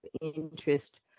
interest